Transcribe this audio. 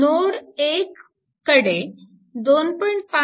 node 1 कडे 2